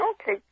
Okay